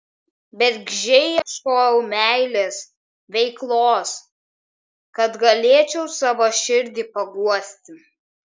bergždžiai ieškojau meilės veiklos kad galėčiau savo širdį paguosti